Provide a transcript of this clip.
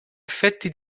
effetti